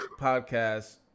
podcast